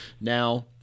Now